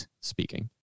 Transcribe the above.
speaking